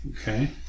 Okay